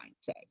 say